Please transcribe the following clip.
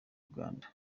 uganda